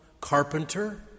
carpenter